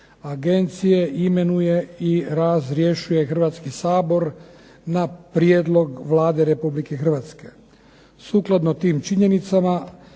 agencije imenuje i razrješuje Hrvatski sabor na prijedlog Vlade Republike Hrvatske. Sukladno tim činjenicama